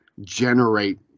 generate